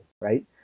right